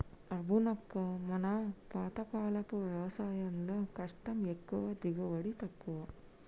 అవునక్క మన పాతకాలపు వ్యవసాయంలో కష్టం ఎక్కువ దిగుబడి తక్కువ